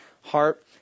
heart